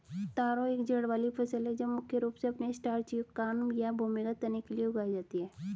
तारो एक जड़ वाली फसल है जो मुख्य रूप से अपने स्टार्च युक्त कॉर्म या भूमिगत तने के लिए उगाई जाती है